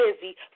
busy